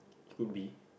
could be